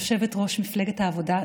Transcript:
יושבת-ראש מפלגת העבודה,